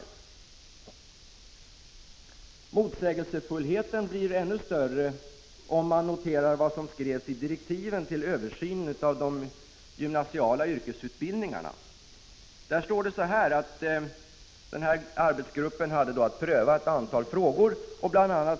Än mera motsägelsefullt framstår resonemanget om man studerar direktiven beträffande utbildningsdepartementets översyn av de gymnasiala yrkesutbildningarna. Av den skrivelsen framgår att arbetsgruppen hade att pröva ett antal frågor. Bl. a.